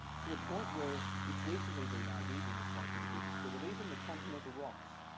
to the point where it's recently been argued in the scientific literature that even the continental rocks